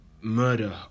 murder